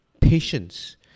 patience